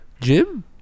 Jim